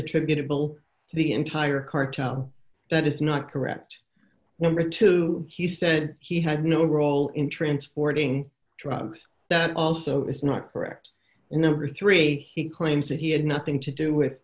attributable to the entire cartel that is not correct number two he said he had no role in transporting drugs that also is not correct number three he claims that he had nothing to do with